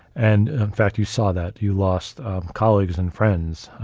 and in fact, you saw that. you lost colleagues and friends